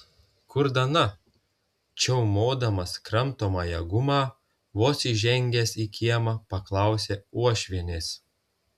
kur dana čiaumodamas kramtomąją gumą vos įžengęs į kiemą paklausė uošvienės